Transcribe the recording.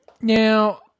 Now